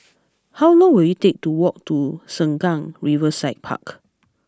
how long will it take to walk to Sengkang Riverside Park